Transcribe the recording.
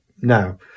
Now